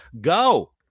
go